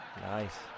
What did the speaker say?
Nice